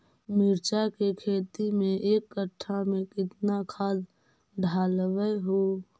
मिरचा के खेती मे एक कटा मे कितना खाद ढालबय हू?